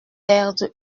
perdre